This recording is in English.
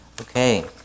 okay